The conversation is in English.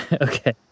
Okay